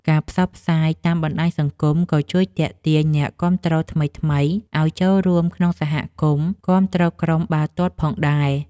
ការផ្សព្វផ្សាយតាមបណ្តាញសង្គមក៏ជួយទាក់ទាញអ្នកគាំទ្រថ្មីៗឲ្យចូលរួមក្នុងសហគមន៍គាំទ្រក្រុមបាល់ទាត់ផងដែរ។